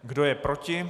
Kdo je proti?